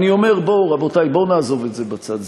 אני אומר, בואו, רבותי, בואו נעזוב את זה בצד.